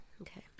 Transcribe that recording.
Okay